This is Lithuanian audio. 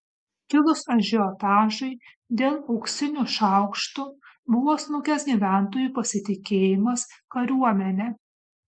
kilus ažiotažui dėl auksinių šaukštų buvo smukęs gyventojų pasitikėjimas kariuomene